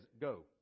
go